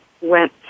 went